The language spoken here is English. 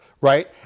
right